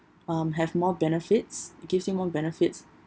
um have more benefits it gives you more benefits